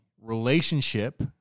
relationship